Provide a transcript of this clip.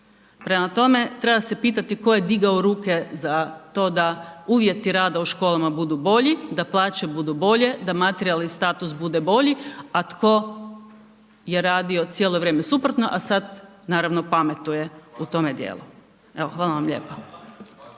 Prema tome, treba se pitati ko je digao ruke za to da uvjeti rada u školama budu bolji, da plaće budu bolje, da materijalni status bude bolji, a tko je radio cijelo vrijeme suprotno, a sad naravno pametuje u tome dijelu. Evo, hvala vam lijepa.